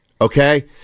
Okay